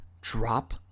drop